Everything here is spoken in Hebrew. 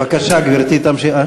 בבקשה, גברתי, תמשיכי.